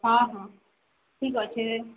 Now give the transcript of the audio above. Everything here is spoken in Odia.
ହଁ ହଁ ଠିକ୍ ଅଛେ